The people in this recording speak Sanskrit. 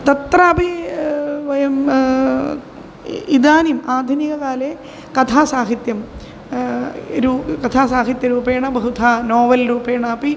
तत्रापि वयम् इदानीम् आधुनिककाले कथासाहित्यं रु कथासाहित्यरूपेण बहुधा नोवेल् रूपेणापि